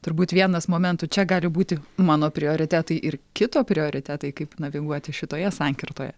turbūt vienas momentų čia gali būti mano prioritetai ir kito prioritetai kaip naviguoti šitoje sankirtoje